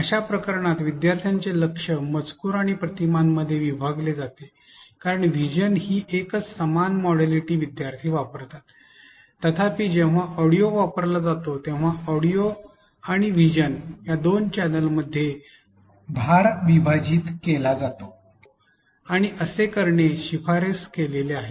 अशा प्रकरणात विद्यार्थ्यांचे लक्ष मजकूर आणि प्रतिमांमध्ये विभागले जाते कारण व्हीजन हि एकच समान मोडॅलिटी विद्यार्थी वापरतात तथापि जेव्हा ऑडिओ वापरला जातो तेव्हा ऑडिओ आणि व्हिजन या दोन चॅनेलमध्ये भार विभाजित केला जातो आणि असे करणे शिफारस केले आहे